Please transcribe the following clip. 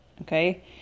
okay